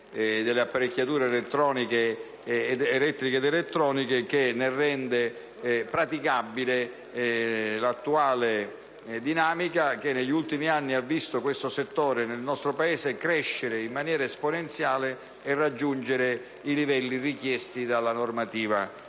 delle apparecchiature elettriche ed elettroniche, rendendone praticabile l'attuale dinamica che negli ultimi anni il nostro Paese ha visto crescere in maniera esponenziale e raggiungere i livelli richiesti dalla normativa